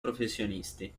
professionisti